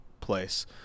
place